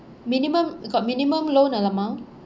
minimum got minimum loan ah amount